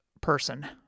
person